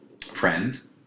Friends